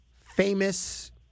famous